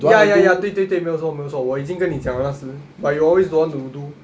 ya ya ya 对对对没有错没有错我已经跟你讲了那时 but you always don't want to do